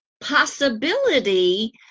possibility